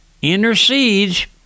intercedes